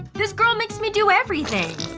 this girl makes me do everything!